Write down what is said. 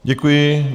Děkuji.